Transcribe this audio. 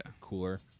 cooler